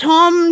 Tom